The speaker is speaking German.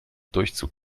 durchzug